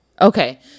Okay